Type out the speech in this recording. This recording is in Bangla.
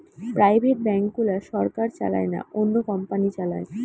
প্রাইভেট ব্যাঙ্ক গুলা সরকার চালায় না, অন্য কোম্পানি চালায়